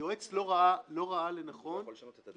היועץ לא ראה לנכון להכריח